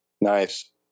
Nice